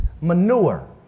manure